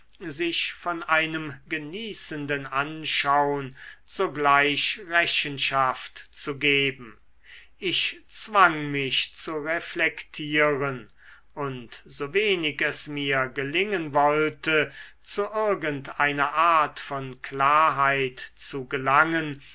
sich von einem genießenden anschaun sogleich rechenschaft zu geben ich zwang mich zu reflektieren und so wenig es mir gelingen wollte zu irgend einer art von klarheit zu gelangen